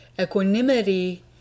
Equanimity